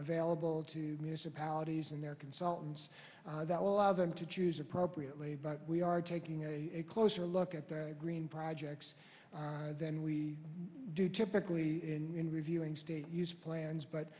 available to municipalities and their consultants that will allow them to choose appropriately but we are taking a closer look at green projects and we do typically in reviewing state use plans but